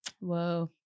whoa